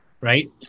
right